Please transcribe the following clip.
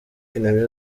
kina